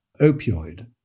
opioid